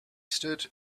stood